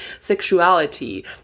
sexuality